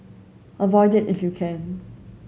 avoid it if you can